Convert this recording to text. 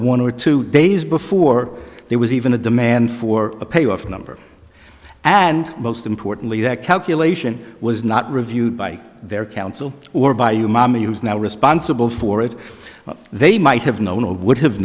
one or two days before there was even a demand for a payoff number and most importantly that calculation was not reviewed by their council or by you mommy who's now responsible for it they might have known or would have